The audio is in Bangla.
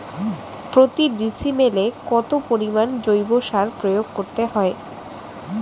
প্রতি ডিসিমেলে কত পরিমাণ জৈব সার প্রয়োগ করতে হয়?